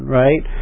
right